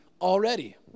already